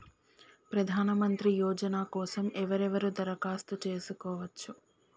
ప్రధానమంత్రి యోజన కోసం ఎవరెవరు దరఖాస్తు చేసుకోవచ్చు?